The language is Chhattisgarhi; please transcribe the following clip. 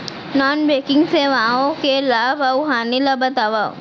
नॉन बैंकिंग सेवाओं के लाभ अऊ हानि ला बतावव